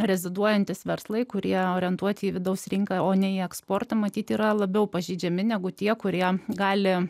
reziduojantys verslai kurie orientuoti į vidaus rinką o ne į eksportą matyt yra labiau pažeidžiami negu tie kurie gali